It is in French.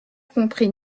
comprit